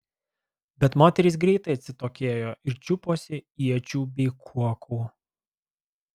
bet moterys greitai atsitokėjo ir čiuposi iečių bei kuokų